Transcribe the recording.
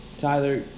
Tyler